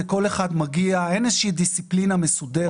כל אחד מגיע, אין איזושהי דיסציפלינה מסודרת.